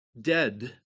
dead